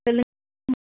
சொல்லுங்க